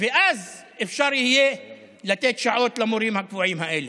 ואז אפשר יהיה לתת שעות למורים הקבועים האלה.